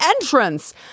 entrance